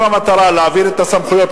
אם המטרה להעביר את הסמכויות,